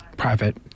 private